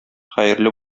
хәерле